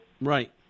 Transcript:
Right